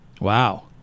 Wow